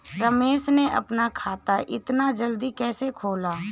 रमेश ने अपना खाता इतना जल्दी कैसे खोला?